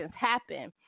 happen